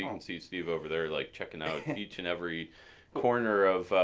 you can see steve over there like checking out and each and every corner of.